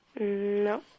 No